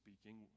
speaking